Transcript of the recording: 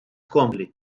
tkompli